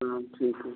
प्रणाम ठीक अछि